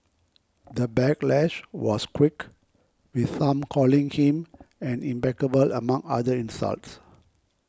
the backlash was quick with some calling him an among other insults